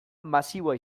masiboa